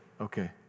Okay